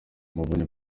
muvunyi